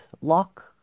lock